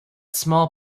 small